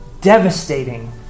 devastating